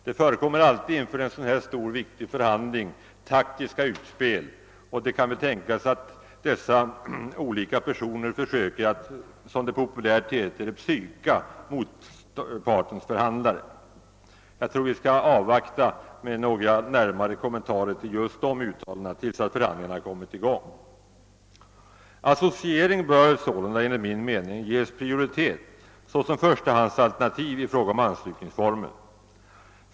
Det förekommer alltid inför sådana stora och viktiga förhandlingar taktiska utspel, och det kan mycket väl tänkas att dessa olika personer försöker att, som det populärt heter, >psyka» motpartens förhandlare. Jag tror vi bör vänta med några närmare kommentarer till just dessa uttalanden till dess förhandlingarna kommit i gång. Associering bör sålunda ges prioritet såsom förstahandsalternativ i fråga om anslutningsformen.